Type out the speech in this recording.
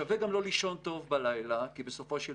שווה גם לא לישון טוב בלילה כי בסופו של